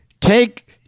Take